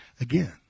Again